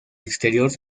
exterior